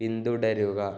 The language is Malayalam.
പിന്തുടരുക